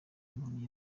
inkoni